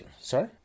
Sorry